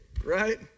right